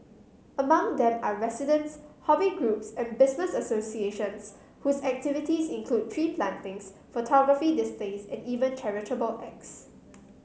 among them are residents hobby groups and business associations whose activities include tree plantings photography displays and even charitable acts